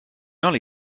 only